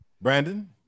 Brandon